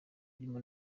birimo